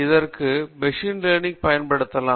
இதற்கு machine learning பயன் படுத்தலாம்